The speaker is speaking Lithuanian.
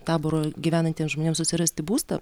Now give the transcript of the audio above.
taboro gyvenantiems žmonėms susirasti būstą